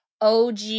OG